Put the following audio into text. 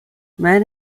men